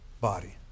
body